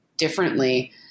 differently